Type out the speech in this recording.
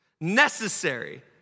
Necessary